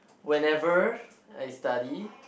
whenever I study